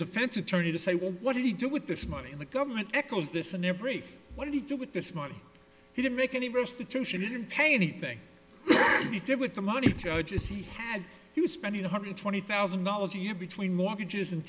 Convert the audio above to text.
defense attorney to say well what did he do with this money and the government echoes this in their brief what do you do with this money he didn't make any restitution he didn't pay anything he did with the money judges he had he was spending one hundred twenty thousand dollars a year between mortgages and